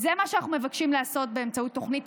זה מה שאנחנו מבקשים לעשות באמצעות תוכנית